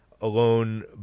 alone